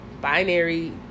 binary